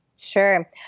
Sure